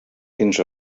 fins